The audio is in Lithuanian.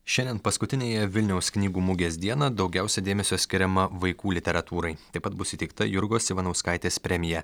šiandien paskutiniąją vilniaus knygų mugės dieną daugiausiai dėmesio skiriama vaikų literatūrai taip pat bus įteikta jurgos ivanauskaitės premija